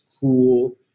cool